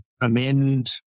amend